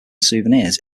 souvenirs